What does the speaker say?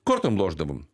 kortom lošdavom